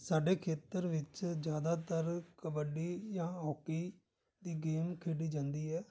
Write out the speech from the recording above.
ਸਾਡੇ ਖੇਤਰ ਵਿੱਚ ਜ਼ਿਆਦਾਤਰ ਕਬੱਡੀ ਜਾਂ ਹੋਕੀ ਦੀ ਗੇਮ ਖੇਡੀ ਜਾਂਦੀ ਹੈ